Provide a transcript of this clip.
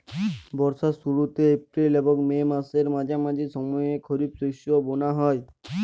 বর্ষার শুরুতে এপ্রিল এবং মে মাসের মাঝামাঝি সময়ে খরিপ শস্য বোনা হয়